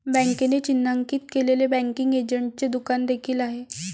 बँकेने चिन्हांकित केलेले बँकिंग एजंटचे दुकान देखील आहे